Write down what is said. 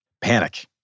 Panic